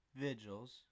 Vigils